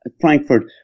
Frankfurt